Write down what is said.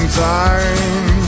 time